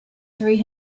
three